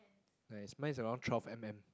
nice mine is around twelve M_M